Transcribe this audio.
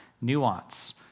nuance